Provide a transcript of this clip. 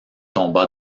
tomba